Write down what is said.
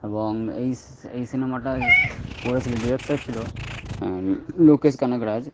এবং এই এই সিনেমাটা করেছিল ডিরেক্টর ছিল লোকেশ কানাকরাজ